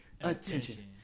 attention